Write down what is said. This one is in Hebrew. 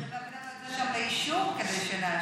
אבל צריכים להביא לנו את זה שם לאישור כדי שנאשר,